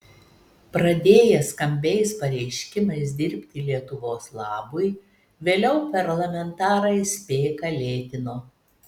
pradėję skambiais pareiškimais dirbti lietuvos labui vėliau parlamentarai spėką lėtino